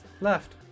Left